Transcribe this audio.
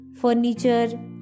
furniture